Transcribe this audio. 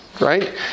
right